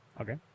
Okay